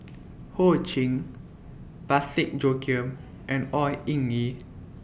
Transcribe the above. Ho Ching Parsick Joaquim and Au Hing Yee